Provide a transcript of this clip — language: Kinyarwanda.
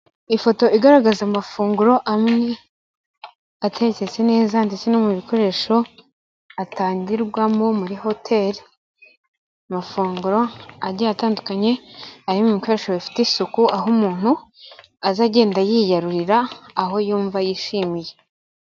Ifoto igaragaza mu amafunguro amwe ateketse neza ndetse no mu bikoresho atangirwamo muri hoteri, amafunguro agiye atandukanye ari mu ibikoresho bifite isuku aho umuntu aza agenda yiyarurira aho yumva yishimiye.